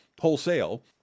wholesale